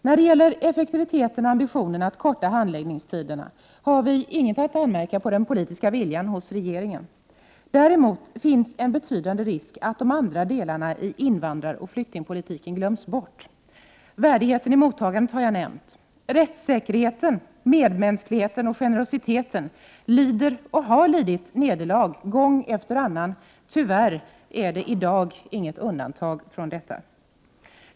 När det gäller effektiviteten och ambitionen att korta handläggningstiderna har vi inget att anmärka på den politiska viljan hos regeringen. Däremot finns en betydande risk att de andra delarna i invandraroch flyktingpolitiken glöms bort. Värdigheten i mottagandet har jag redan nämnt. Rättssäkerheten, medmänskligheten och generositeten lider och har lidit nederlag gång efter annan. Tyvärr är det i dag inget undantag från detta.